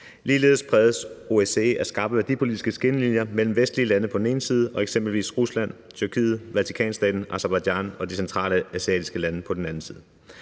Ligeledes præges OSCE af skarpe værdipolitiske skillelinjer mellem vestlige lande på den ene side og eksempelvis Rusland, Tyrkiet, Vatikanstaten, Aserbajdsjan og de centralasiatiske lande på den anden side.